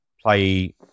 play